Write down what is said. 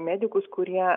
medikus kurie